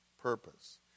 purpose